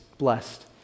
blessed